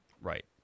Right